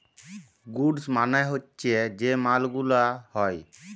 goods মালে হচ্যে যে মাল গুলা হ্যয়